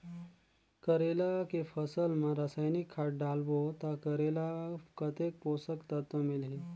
करेला के फसल मा रसायनिक खाद डालबो ता करेला कतेक पोषक तत्व मिलही?